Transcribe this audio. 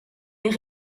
une